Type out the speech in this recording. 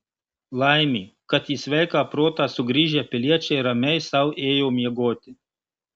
laimė kad į sveiką protą sugrįžę piliečiai ramiai sau ėjo miegoti